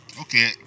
okay